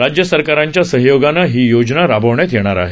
राज्यसरकारांच्या सहयोगाने ही योजना राबवण्यात येईल